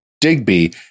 Digby